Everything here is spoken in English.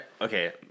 Okay